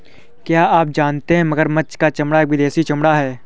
क्या आप जानते हो मगरमच्छ का चमड़ा एक विदेशी चमड़ा है